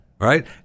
Right